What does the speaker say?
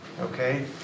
Okay